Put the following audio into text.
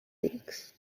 weeks